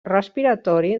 respiratori